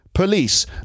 Police